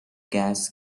gas